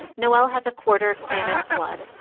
noelle has a quarter klamath blood,